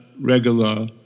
regular